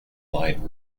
line